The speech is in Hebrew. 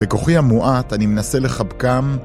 בכוחי המועט אני מנסה לחבקם